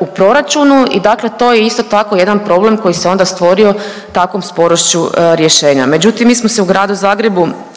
u proračunu i dakle to je isto tako jedan problem koji se onda stvorio takvom sporošću rješenja, međutim mi smo se u Gradu Zagrebu